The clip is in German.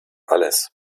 alles